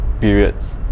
periods